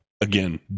Again